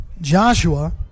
Joshua